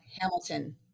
Hamilton